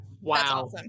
Wow